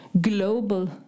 global